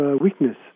weakness